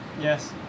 Yes